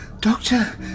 Doctor